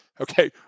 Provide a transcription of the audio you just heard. Okay